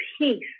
peace